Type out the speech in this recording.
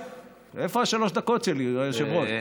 איפה שלוש הדקות שלי, היושב-ראש?